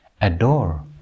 adore